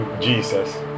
Jesus